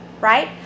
right